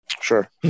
sure